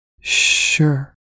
Sure